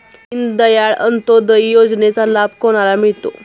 दीनदयाल अंत्योदय योजनेचा लाभ कोणाला मिळतो?